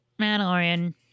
Mandalorian